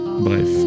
bref